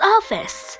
Office